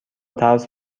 ترس